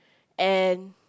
and